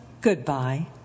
Goodbye